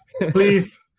Please